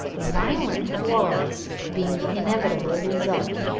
violent quarrels being the inevitable result,